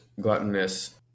gluttonous